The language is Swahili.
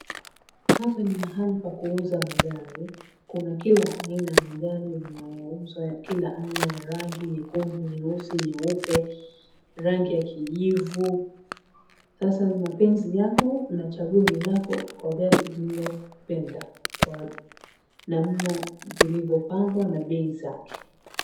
Hapa ni mahali pa kuuza magari, kuna kila aina ya magari yanayouzwa, kila aina ya rangi: nyekundu, nyeusi, nyeupe, rangi ya kijivu. Sasa ni mapenzi yako na chaguo ni lako kwa gari ulilopenda, kwa namna zilivyopangwa na bei zake.